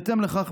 בהתאם לכך,